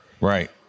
Right